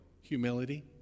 Humility